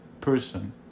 person